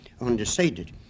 undecided